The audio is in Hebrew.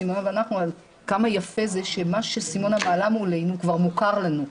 סימונה ואנחנו על כמה יפה זה שמה שסימונה מעלה מולנו כבר מוכר לנו,